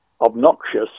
obnoxious